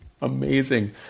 amazing